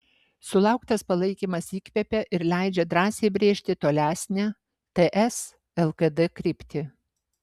sulauktas palaikymas įkvepia ir leidžia drąsiai brėžti tolesnę ts lkd kryptį